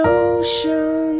ocean